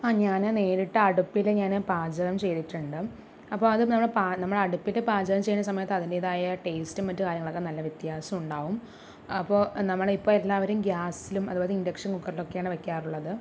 ആ ഞാൻ നേരിട്ട് അടുപ്പിൽ ഞാൻ പാചകം ചെയ്തിട്ടുണ്ട് അപ്പം അത് നമ്മൾ പാ നമ്മൾ അടുപ്പിൽ പാചകം ചെയ്യുന്ന സമയത്ത് അതിന്റേതായ ടേസ്റ്റും മറ്റു കാര്യങ്ങളൊക്കെ നല്ല വ്യത്യാസം ഉണ്ടാകും അപ്പോൾ നമ്മളിപ്പോൾ എല്ലാവരും ഗ്യാസിലും അതുപോലെ ഇൻഡക്ഷൻ കുക്കറിലും ഒക്കെയാണ് വെയ്ക്കാറുള്ളത്